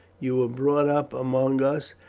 you were brought up among us,